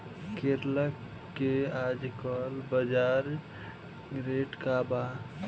करेला के आजकल बजार रेट का बा?